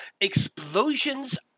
explosions